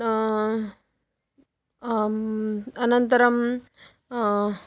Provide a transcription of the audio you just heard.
अनन्तरं